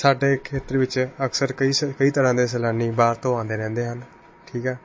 ਸਾਡੇ ਖੇਤਰ ਵਿੱਚ ਅਕਸਰ ਕਈ ਸ ਕਈ ਤਰ੍ਹਾਂ ਦੇ ਸੈਲਾਨੀ ਬਾਹਰ ਤੋਂ ਆਉਂਦੇ ਰਹਿੰਦੇ ਹਨ ਠੀਕ ਹੈ